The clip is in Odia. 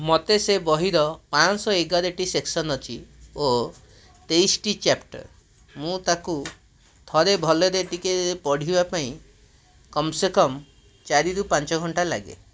ମୋତେ ସେ ବହିର ପାଞ୍ଚଶହ ଏଗାରଟି ସେକ୍ସନ୍ ଅଛି ଓ ତେଇଶଟି ଚ୍ୟାପ୍ଟର୍ ମୁଁ ତାକୁ ଥରେ ଭଲରେ ଟିକିଏ ପଢ଼ିବା ପାଇଁ କମ୍ ସେ କମ୍ ଚାରିରୁ ପାଞ୍ଚଘଣ୍ଟା ଲାଗେ